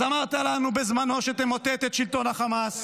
אז אמרת לנו בזמנו שתמוטט את שלטון החמאס,